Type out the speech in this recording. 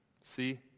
see